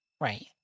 Right